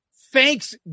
thanks